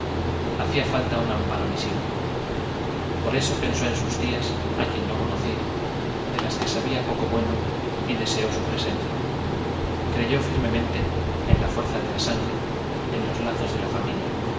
hacía falta un amparo visible por eso pensó en sus tías a quien no conocía de las que sabía poco bueno y deseó su presencia creyó firmemente en la fuerza de la sangre en los lazos de la familia